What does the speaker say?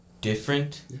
different